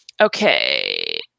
okay